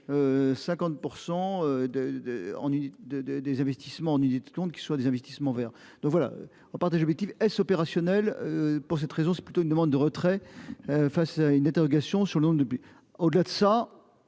de des investissements en unités de compte qui soient des investissements verts donc voilà on partage objectif opérationnel. Pour cette raison, c'est plutôt une demande de retrait. Face une interrogation sur l'depuis. Au-delà de ça.